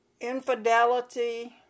Infidelity